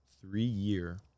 three-year